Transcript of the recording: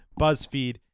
BuzzFeed